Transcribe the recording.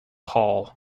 hall